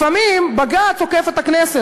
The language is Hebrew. לפעמים בג"ץ עוקף את הכנסת,